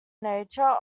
nature